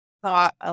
thought